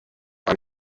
man